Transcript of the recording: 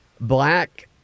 black